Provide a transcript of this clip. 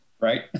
right